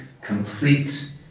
complete